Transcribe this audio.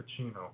cappuccino